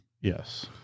Yes